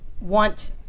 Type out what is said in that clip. want